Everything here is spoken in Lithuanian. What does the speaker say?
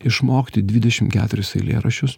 išmokti dvidešimt keturis eilėraščius